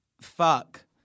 fuck